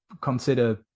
consider